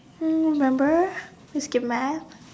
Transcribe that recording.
!woo! remember we skipped math